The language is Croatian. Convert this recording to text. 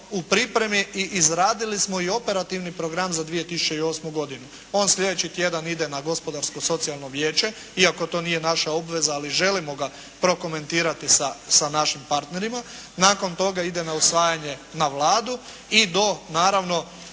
u pripremi i izradili smo i operativni program za 2008. godinu. On sljedeći tjedan ide na Gospodarsko-socijalno vijeće, iako to nije naša obveza, ali želimo ga prokomentirati sa našim partnerima. Nakon toga ide na usvajanje na Vladu i do naravno